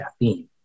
caffeine